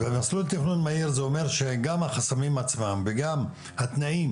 מסלול תכנון מהיר אומר שגם החסמים עצמם וגם התנאים